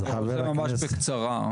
אני אדבר ממש בקצרה.